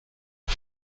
ist